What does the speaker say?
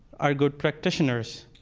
are good practitioners.